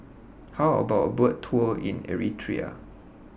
How about A Boat Tour in Eritrea